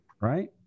Right